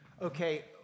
Okay